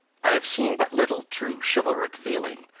i have seen but little true chivalric feeling,